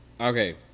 Okay